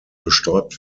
bestäubt